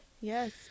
yes